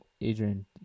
Adrian